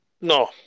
No